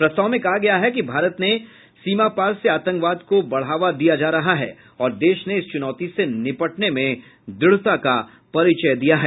प्रस्ताव में कहा गया है कि भारत में सीमापार से आतंकवाद को बढ़ावा दिया जा रहा है और देश ने इस चुनौती से निपटने में द्रढ़ता का परिचय दिया है